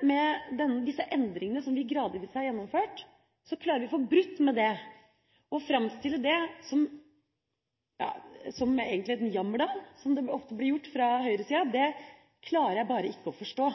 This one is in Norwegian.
Med disse endringene som vi gradvis har gjennomført, klarer vi å få brutt med det. Å framstille det som en jammerdal, som det ofte blir gjort fra høyresida – det klarer jeg bare ikke å forstå.